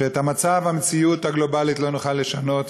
שאת המצב והמציאות הגלובלית לא נוכל לשנות,